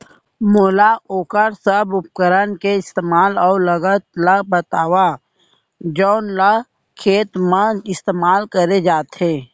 मोला वोकर सब उपकरण के इस्तेमाल अऊ लागत ल बतावव जउन ल खेत म इस्तेमाल करे जाथे?